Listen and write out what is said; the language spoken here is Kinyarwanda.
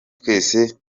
twese